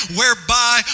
whereby